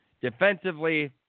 Defensively